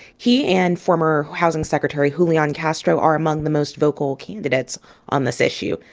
he and former housing secretary julian castro are among the most vocal candidates on this issue.